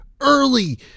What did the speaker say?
Early